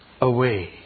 away